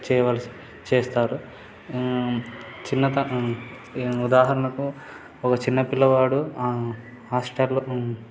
చేయవలసి చేస్తారు చిన్నతనం ఉదాహరణకు ఒక చిన్న పిల్లవాడు హాస్టల్లో